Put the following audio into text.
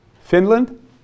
Finland